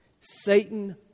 Satan